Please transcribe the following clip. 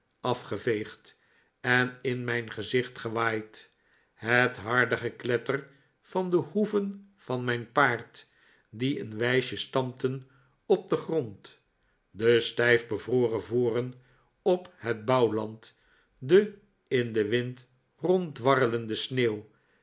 afgeveegd en in mijn gezicht gewaaid het harde gekletter van de hoeven van mijn paard die een wijsje stampten op den grond de stijf bevroren voren op het bouwlarid de in den wind ronddwarrelende sneeuw